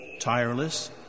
tireless